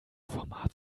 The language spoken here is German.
format